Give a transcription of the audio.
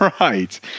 right